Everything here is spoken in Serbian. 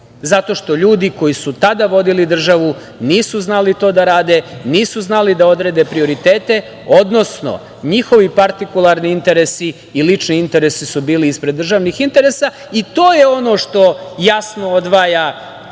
zato što ljudi koji su tada vodili državu nisu znali to da rade, nisu znali da odrede prioritete, odnosno njihovi partikularni interesi i lični interesi su bili ispred državnih interesa i to je ono što jasno odvaja predsednika